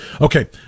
Okay